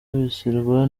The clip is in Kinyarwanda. bibasirwa